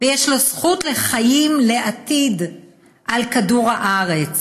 ויש לו זכות לחיים, לעתיד על כדור הארץ.